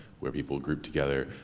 where people grouped together,